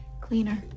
Cleaner